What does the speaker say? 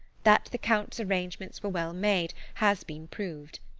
that the count's arrangements were well made, has been proved.